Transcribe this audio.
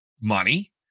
money